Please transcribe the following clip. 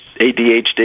ADHD